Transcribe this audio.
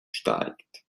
steigt